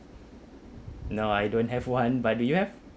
now I don't have one but do you have